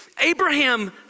Abraham